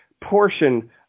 portion